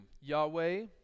Yahweh